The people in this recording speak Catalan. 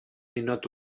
ninot